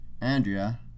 Andrea